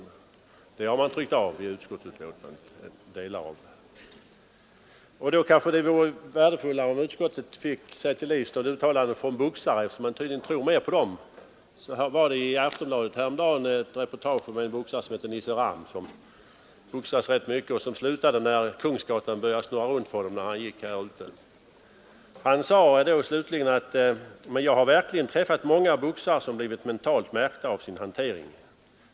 Det yttrandet har man tryckt av delar av i betänkandet. Då kanske det vore värdefullt om utskottet fick sig till livs uttalanden från boxare, eftersom utskottet tydligen tror mer på dem. Aftonbladet hade häromdagen ett reportage om en boxare, Nisse Ramm, som har boxats rätt mycket men som slutade när helt plötsligt gatan och husen började snurra för honom när han gick Kungsgatan fram. ”Men jag har verkligen träffat många boxare som blivit mentalt märkta av sin hantering”, säger han.